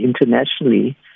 internationally